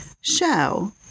show